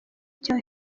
cya